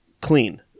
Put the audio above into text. clean